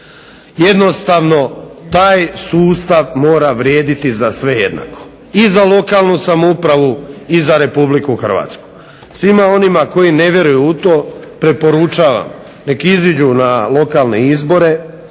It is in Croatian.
Jednostavno taj sustav mora vrijediti za sve jednako, i za lokalnu samoupravu i za Republiku Hrvatsku. Svima onima koji ne vjeruju u to preporučam nek iziđu na lokalne izbore